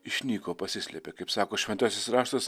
išnyko pasislėpė kaip sako šventasis raštas